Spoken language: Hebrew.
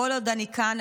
כל עוד אני כאן,